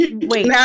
wait